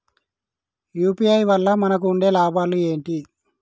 UPI వల్ల మనకు ఉండే లాభాలు ఏంటి?